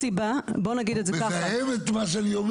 אתה מזהם את מה שאני אומר.